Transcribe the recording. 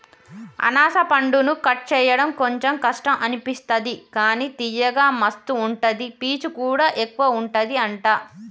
అనాస పండును కట్ చేయడం కొంచెం కష్టం అనిపిస్తది కానీ తియ్యగా మస్తు ఉంటది పీచు కూడా ఎక్కువుంటది అంట